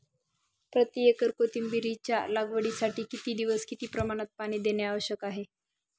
प्रति एकर कोथिंबिरीच्या लागवडीसाठी किती दिवस किती प्रमाणात पाणी देणे आवश्यक आहे?